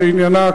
שעניינה,